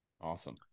awesome